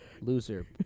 loser